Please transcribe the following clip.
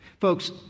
Folks